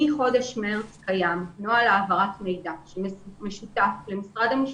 מחודש מארס קיים נוהל העברת מידע משותף למשרד המשפטים,